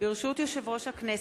ברשות יושב-ראש הכנסת,